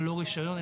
ללא רשיון,